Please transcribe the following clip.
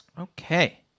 Okay